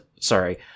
sorry